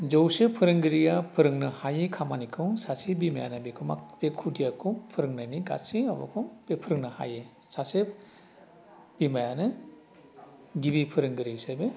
जौसे फोरोंगिरिया फोरोंनो हायै खामानिखौ सासे बिमायानो बेखौ मा बे खुदियाखौ फोरोंनायनि गासै माबाखौ बे फोरोंनो हायो सासे बिमायानो गिबि फोरोंगिरि हिसाबै